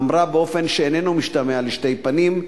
אמרה באופן שאיננו משתמע לשתי פנים,